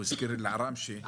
הוא הזכיר את עראב אל עראמשה,